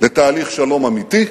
לתהליך שלום אמיתי,